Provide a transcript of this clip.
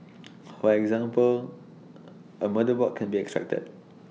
for example A motherboard can be extracted